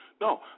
No